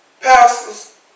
pastors